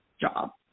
job